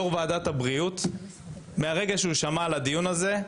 מרגע שיו"ר ועדת הבריאות שמע על הדיון הזה,